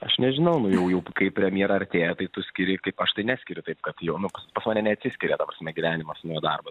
aš nežinau naujųjų kai premjera artėja tai tu skyrei kaip aš tai neskiriu taip kad jonuk fone neatsiskiria ta prasme gyvenimas nuo darbo